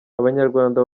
abanyarwanda